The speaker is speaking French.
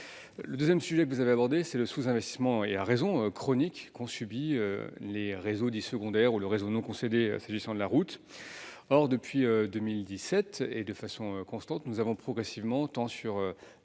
le deuxième sujet que vous avez, à raison, abordé est le sous-investissement chronique qu'ont subi les réseaux dits secondaires ou le réseau non concédé s'agissant de la route. Or, depuis 2017 et de façon constante, nous avons progressivement, tant sur les